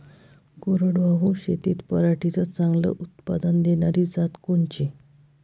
कोरडवाहू शेतीत पराटीचं चांगलं उत्पादन देनारी जात कोनची?